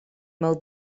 meu